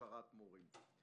להכשרת מורים.